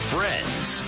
Friends